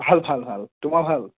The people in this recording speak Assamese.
ভাল ভাল ভাল তোমাৰ ভাল